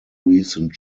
recent